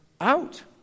out